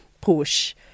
push